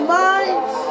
minds